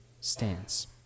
stands